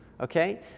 okay